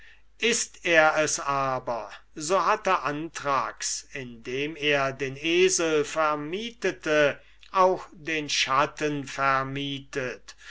ist er's aber so hatte anthrax indem er den esel vermietete auch den schatten vermietet